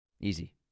Easy